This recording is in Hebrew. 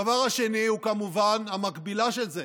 הדבר השני הוא כמובן המקבילה של זה,